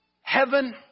heaven